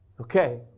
Okay